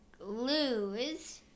lose